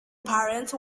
parents